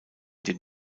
dem